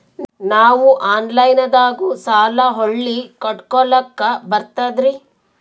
ನಾವು ಆನಲೈನದಾಗು ಸಾಲ ಹೊಳ್ಳಿ ಕಟ್ಕೋಲಕ್ಕ ಬರ್ತದ್ರಿ?